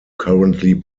currently